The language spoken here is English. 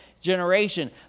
generation